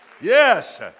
Yes